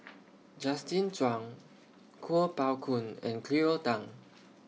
Justin Zhuang Kuo Pao Kun and Cleo Thang